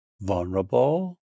vulnerable